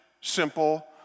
simple